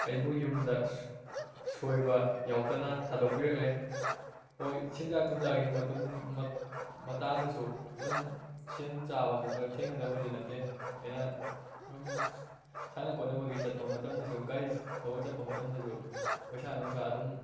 ꯑꯩꯕꯨ ꯌꯨꯝꯗ ꯁꯣꯏꯕ ꯌꯥꯎꯗꯅ ꯊꯥꯗꯣꯛꯄꯤꯔꯛꯂꯦ ꯍꯣꯏ ꯁꯦꯟꯖꯥ ꯊꯨꯝꯖꯥꯒꯤ ꯃꯇꯥꯡꯗꯁꯨ ꯑꯗꯨꯝ ꯁꯦꯟ ꯆꯥꯕꯁꯨ ꯈꯔ ꯊꯦꯡꯅꯗꯕꯗꯤ ꯅꯠꯇꯦ ꯑꯩꯅ ꯑꯗꯨꯝ ꯁꯥꯟꯅ ꯈꯣꯠꯅꯕꯒꯤ ꯆꯠꯄ ꯃꯇꯝꯗꯁꯨ ꯒꯥꯔꯤ ꯊꯧꯔ ꯆꯠꯄ ꯃꯇꯝꯗꯁꯨ ꯄꯩꯁꯥ ꯅꯨꯡꯁꯥ ꯑꯗꯨꯝ